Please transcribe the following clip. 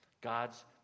God's